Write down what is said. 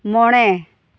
ᱢᱚᱬᱮ